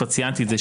כבר ציינתי את זה,